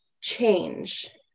change